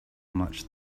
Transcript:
much